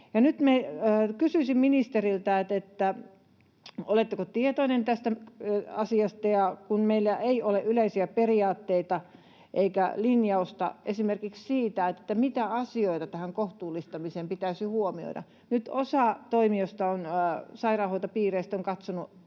Nyt kysyisin ministeriltä, oletteko tietoinen tästä asiasta. Ja kun meillä ei ole yleisiä periaatteita eikä linjausta esimerkiksi siitä, mitä asioita tähän kohtuullistamiseen pitäisi huomioida, niin nyt osa toimijoista, sairaanhoitopiireistä, on katsonut